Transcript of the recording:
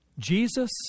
Jesus